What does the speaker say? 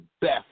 best